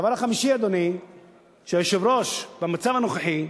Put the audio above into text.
הדבר החמישי, אדוני היושב-ראש, שבמצב הנוכחי,